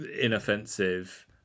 inoffensive